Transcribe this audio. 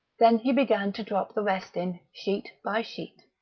then he began to drop the rest in, sheet by sheet.